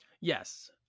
Yes